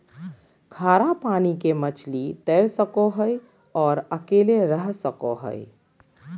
खारा पानी के मछली तैर सको हइ और अकेले रह सको हइ